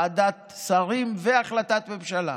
ועדת שרים והחלטת ממשלה.